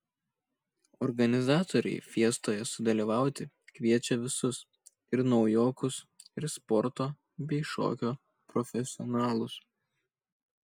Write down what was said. organizatoriai fiestoje sudalyvauti kviečia visus ir naujokus ir sporto bei šokio profesionalus